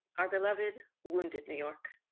our beloved wounded new york.